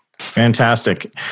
Fantastic